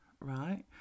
right